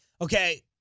okay